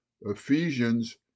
Ephesians